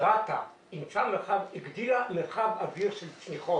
רת"א גם הגדירה מרחב אווירי של צניחות.